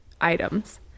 items